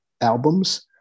albums